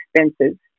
expenses